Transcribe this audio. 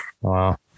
Wow